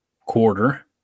quarter